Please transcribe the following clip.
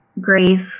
grace